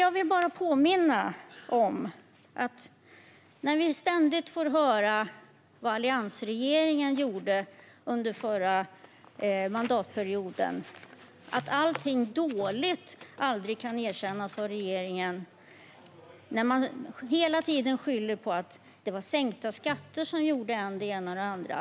Jag vill bara påminna om en sak, när vi ständigt får höra vad alliansregeringen gjorde under den förra mandatperioden, nämligen att allting dåligt aldrig kan erkännas av regeringen. Man skyller hela tiden på att det var sänkta skatter som ledde till än det ena och än det andra.